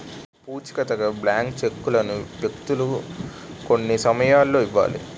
పూచికత్తుగా బ్లాంక్ చెక్కులను వ్యక్తులు కొన్ని సమయాల్లో ఇవ్వాలి